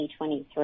2023